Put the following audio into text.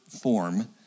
form